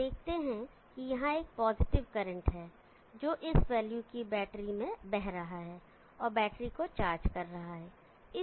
आप देखते हैं कि यहां एक पॉजिटिव करंट है जो इस वैल्यू की बैटरी में बह रहा है और बैटरी को चार्ज कर रहा है